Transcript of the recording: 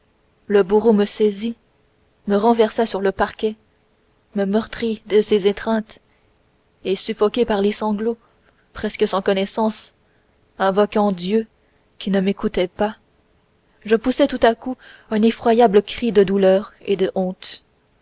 le bourreau me saisit me renversa sur le parquet me meurtrit de ses étreintes et suffoquée par les sanglots presque sans connaissance invoquant dieu qui ne m'écoutait pas je poussai tout à coup un effroyable cri de douleur et de honte